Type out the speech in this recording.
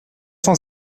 cent